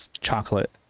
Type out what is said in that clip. chocolate